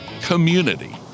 community